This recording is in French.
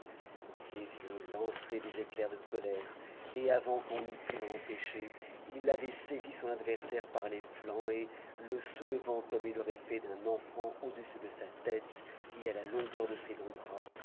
ses yeux lançaient des éclairs de colère et avant qu'on eût pu l'en empêcher il avait saisi son adversaire par les flancs et le soulevant comme il aurait fait d'un enfant au-dessus de sa tête et à la longueur de ses longs bras